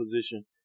position